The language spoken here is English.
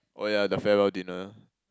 oh ya the farewell dinner